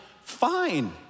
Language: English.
Fine